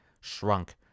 shrunk